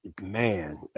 Man